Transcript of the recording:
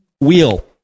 wheel